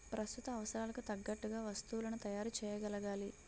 ప్రస్తుత అవసరాలకు తగ్గట్టుగా వస్తువులను తయారు చేయగలగాలి